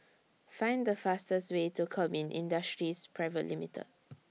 Find The fastest Way to Kemin Industries Private Limited